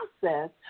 process